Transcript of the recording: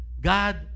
God